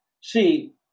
see